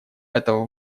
этого